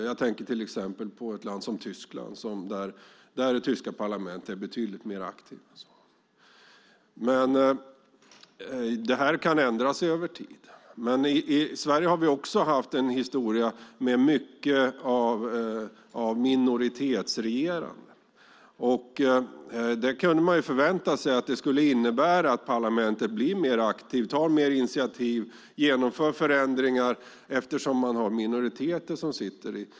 Jag tänker till exempel på ett land som Tyskland. Det tyska parlamentet är betydligt mer aktivt. Men detta kan ändra sig över tid. I Sverige har vi också haft en historia med mycket minoritetsregerande. Man skulle kunna förvänta sig att en minoritetsregering skulle innebära att parlamentet blir mer aktivt, tar mer initiativ och genomför förändringar.